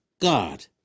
God